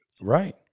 Right